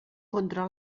contra